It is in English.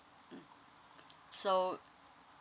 mm so